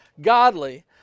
godly